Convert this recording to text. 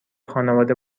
خانواده